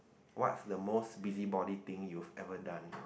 what's the most busy body thing you've ever done